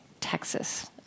Texas